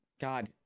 God